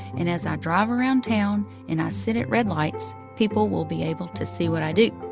and as i drive around town and i sit at red lights, people will be able to see what i do.